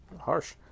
harsh